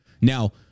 Now